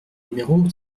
numéro